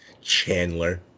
Chandler